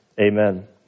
amen